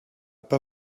pas